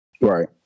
Right